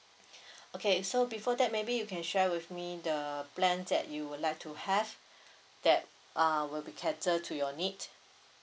okay so before that maybe you can share with me the plans that you would like to have that uh will be cater to your need